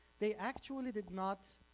they actually did not,